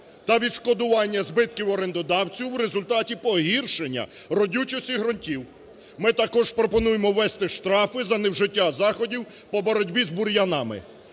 та відшкодування збитків орендодавцю в результаті погіршення родючості ґрунтів. Ми також пропонуємо ввести штрафи за невжиття заходів по боротьбі з бур'янами,